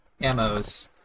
ammos